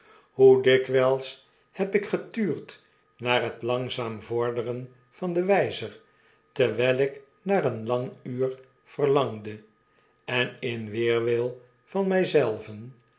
hoe dikwijls heb ik getuurd naar het langzaam vorderen van den wijzer terwijl ik naar een lang uur verlangde en inweerwil van mij